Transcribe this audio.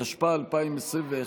התשפ"א 2021,